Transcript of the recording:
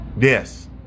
Yes